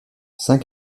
saint